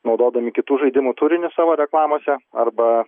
naudodami kitų žaidimų turinį savo reklamose arba